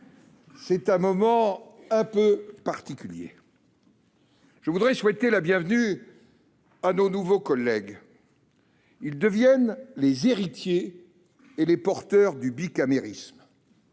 C’est un moment un peu particulier. Je tiens à souhaiter la bienvenue à nos nouveaux collègues. Ils deviennent les héritiers et les porteurs du bicamérisme.